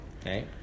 Okay